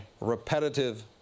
repetitive